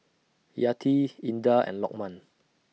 Yati Indah and Lokman